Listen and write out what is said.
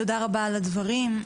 תודה רבה על הדברים.